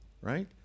right